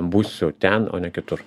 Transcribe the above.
būsiu ten o ne kitur